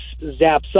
zaps